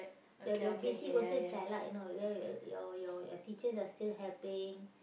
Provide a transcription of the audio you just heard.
your your basic also jialat you know your your your your your teachers are still helping